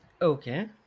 okay